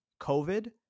COVID